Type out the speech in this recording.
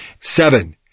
Seven